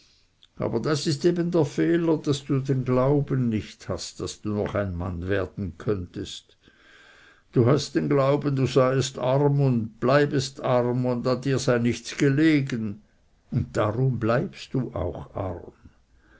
aber das ist eben der fehler daß du den glauben nicht hast daß du noch ein mann werden könntest du hast den glauben du seiest arm und bleibest arm und an dir sei nichts gelegen und darum bleibst du auch arm